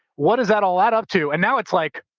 what does that all add up to and now it's like,